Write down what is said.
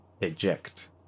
eject